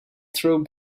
throw